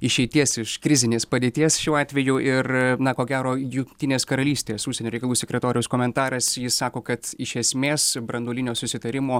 išeities iš krizinės padėties šiuo atveju ir na ko gero jungtinės karalystės užsienio reikalų sekretoriaus komentaras jis sako kad iš esmės branduolinio susitarimo